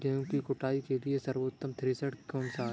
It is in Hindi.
गेहूँ की कुटाई के लिए सर्वोत्तम थ्रेसर कौनसा है?